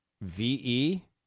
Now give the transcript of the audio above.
V-E